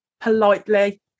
politely